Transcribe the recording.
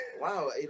wow